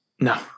No